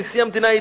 נשיא המדינה,